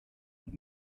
und